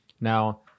now